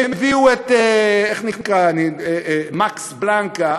הם הביאו את "מקס פלאנק",